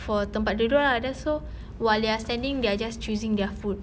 for tempat duduk lah then so while they're standing they're just choosing their food